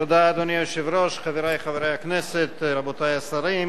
טוב, אנחנו נעבור לסעיף הבא.